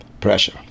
pressure